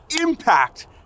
impact